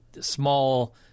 small